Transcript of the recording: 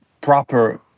proper